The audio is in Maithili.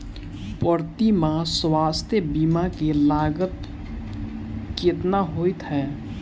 प्रति माह स्वास्थ्य बीमा केँ लागत केतना होइ है?